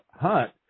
hunt